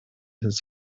his